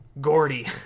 gordy